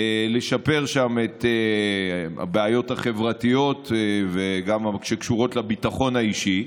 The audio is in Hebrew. לשפר שם את הבעיות החברתיות וגם את הבעיות שקשורות לביטחון האישי.